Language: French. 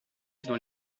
dans